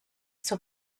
zur